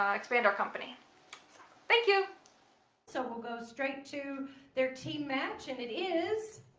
um expand our company thank you so we'll go straight to their team match and it is